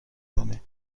کنی